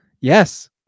yes